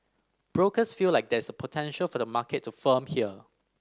brokers feel like there is potential for the market to firm here